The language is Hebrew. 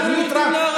תוכנית טראמפ,